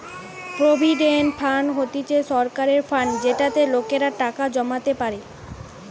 provident fund হতিছে সরকারের fund যেটাতে লোকেরা টাকা জমাতে পারে